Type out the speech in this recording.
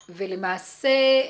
ולמעשה,